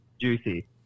juicy